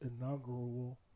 inaugural